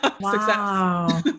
Wow